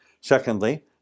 Secondly